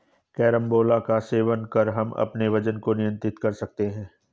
carambola का सेवन कर हम अपने वजन को नियंत्रित कर सकते हैं